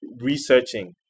researching